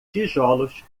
tijolos